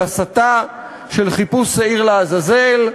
של הסתה, של חיפוש שעיר לעזאזל,